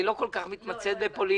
היא לא כל כך מתמצאת בפוליטיקה.